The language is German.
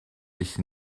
sich